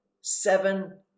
seven